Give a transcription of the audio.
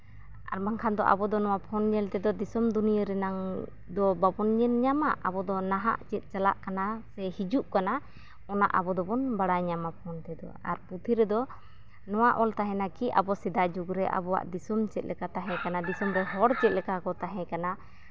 ᱟᱨ ᱵᱟᱝᱠᱷᱟᱱ ᱫᱚ ᱟᱵᱚ ᱫᱚ ᱯᱷᱳᱱ ᱧᱮᱞ ᱛᱮᱫᱚ ᱫᱤᱥᱚᱢ ᱫᱩᱱᱤᱭᱟᱹ ᱨᱮᱱᱟᱜ ᱫᱚ ᱵᱟᱵᱚᱱ ᱧᱮᱞᱧᱟᱢᱟ ᱟᱵᱚ ᱫᱚ ᱱᱟᱦᱟᱜ ᱪᱮᱫ ᱪᱟᱞᱟᱜ ᱠᱟᱱᱟ ᱥᱮ ᱦᱤᱡᱩᱜ ᱠᱟᱱᱟ ᱚᱱᱟ ᱟᱵᱚᱫᱚᱵᱚᱱ ᱵᱟᱲᱟᱭ ᱧᱟᱢᱟ ᱯᱷᱳᱱ ᱛᱮᱫᱚ ᱟᱨ ᱯᱩᱛᱷᱤ ᱨᱮᱫᱚ ᱱᱚᱣᱟ ᱚᱞ ᱛᱟᱦᱮᱱᱟ ᱠᱤ ᱟᱵᱚ ᱥᱮᱫᱟᱭ ᱡᱩᱜᱽ ᱨᱮ ᱟᱵᱚᱣᱟᱜ ᱫᱤᱥᱚᱢ ᱪᱮᱫᱞᱮᱠᱟ ᱛᱟᱦᱮᱸᱠᱟᱱᱟ ᱫᱤᱥᱚᱢ ᱨᱮᱱ ᱦᱚᱲ ᱪᱮᱫᱞᱮᱠᱟ ᱠᱚ ᱛᱟᱦᱮᱸᱠᱟᱱᱟ